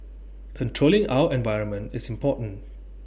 controlling our environment is important